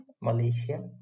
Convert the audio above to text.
Malaysia